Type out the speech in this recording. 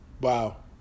Wow